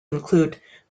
include